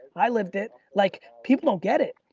i lived it. like people don't get it.